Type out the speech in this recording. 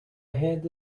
head